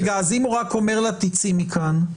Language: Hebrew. אז אם הוא רק אומר לה "תצאי מכאן",